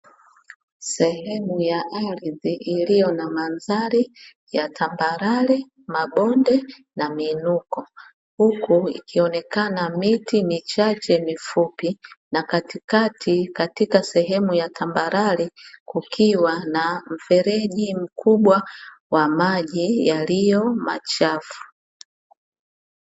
Sehemu ya ardhi iliyo na mandhari ya tambarare, mabonde na miinuko, huku likionekana miti michache mifupi, na katikati katika sehemu ya tambarare kukiwa na mfreji mkubwa wa maji yaliyo machafu.